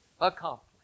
accomplished